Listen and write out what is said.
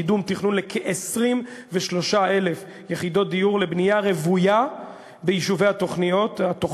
קידום תכנון לכ-23,000 יחידות דיור לבנייה רוויה ביישובי התוכנית,